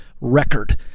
record